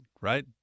right